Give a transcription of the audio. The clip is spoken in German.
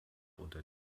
unter